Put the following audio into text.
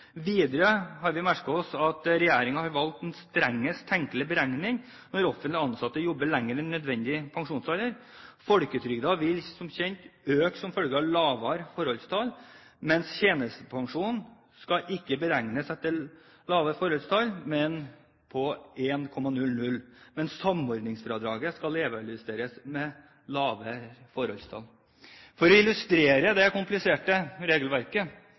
Videre har vi merket oss at regjeringen har valgt den strengest tenkelige beregning når offentlig ansatte jobber lenger enn nødvendig. Folketrygden vil som kjent øke som følge av lavere forholdstall, mens tjenestepensjonen ikke skal beregnes etter lavere forholdstall, men på 1,00, mens samordningsfradraget skal levealdersjusteres med lavere forholdstall. For å illustrere det kompliserte regelverket